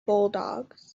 bulldogs